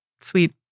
sweet